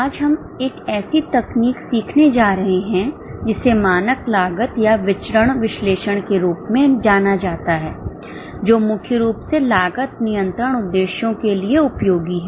आज हम एक ऐसी तकनीक सीखने जा रहे हैं जिसे मानक लागत या विचरण विश्लेषण के रूप में जाना जाता है जो मुख्य रूप से लागत नियंत्रण उद्देश्यों के लिए उपयोगी है